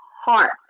heart